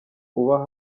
uba